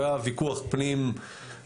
והיה ויכוח פנים-חרדי.